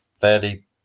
fairly